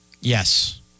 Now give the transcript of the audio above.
Yes